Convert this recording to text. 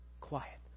quiet